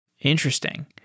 Interesting